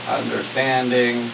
understanding